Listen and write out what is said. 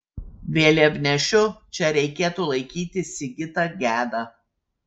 vėliavnešiu čia reikėtų laikyti sigitą gedą